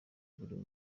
burimo